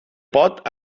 pot